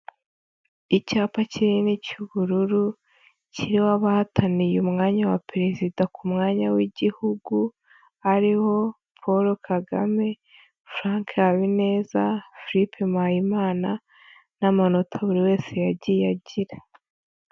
Icyapa kinini cy'ubururu kiriho abahataniye umwanya wa Perezida ku mwanya w'igihugu, hariho Paul Kagame, Frank Habineza, Philippe Mpayimana n'amanota buri wese yagiye agira.